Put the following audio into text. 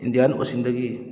Indian ꯑꯣꯁꯤꯟꯗꯒꯤ